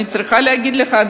אני צריכה להגיד לך,